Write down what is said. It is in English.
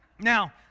Now